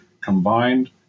combined